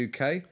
UK